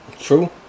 True